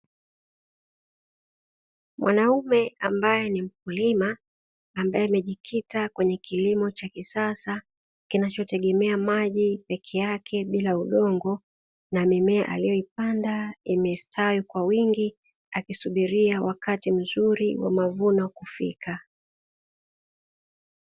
Mwanaume ambaye ni mkulima, ambaye amejikita kwenye kilimo cha kisasa kinachotegemea maji peke yake bila udongo, na mimea aliyoipanda imestawi kwa wingi akisubiria wakati mzuri wa mavuno kufika.